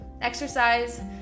exercise